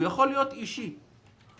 ויכולים לעזור להמון אנשים.